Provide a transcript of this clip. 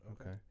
Okay